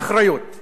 אני יודע מי האשם.